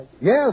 Yes